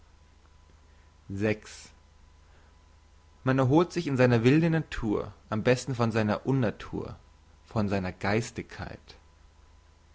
man erholt sich in seiner wilden natur am besten von seiner unnatur von seiner geistigkeit